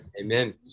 Amen